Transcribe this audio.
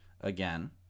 again